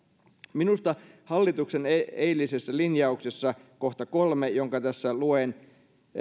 hallituksen eilisessä linjauksessa kohta kolme jonka tässä luen